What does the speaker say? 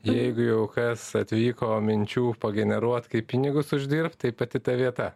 jeigu jau kas atvyko minčių po generuot kaip pinigus uždirbt tai pati ta vieta